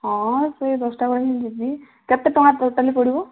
ହଁ ସେ ଦଶଟା ବେଳେ ହିଁ ଯିବି କେତେ ଟଙ୍କା ଟୋଟାଲ ପଡ଼ିବ